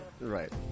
Right